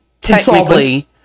technically